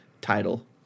title